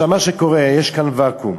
מה שקורה, יש כאן ואקום,